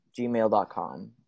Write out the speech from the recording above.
gmail.com